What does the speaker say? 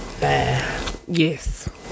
Yes